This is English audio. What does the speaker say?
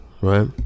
right